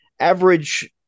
Average